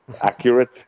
accurate